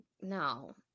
No